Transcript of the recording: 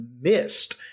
missed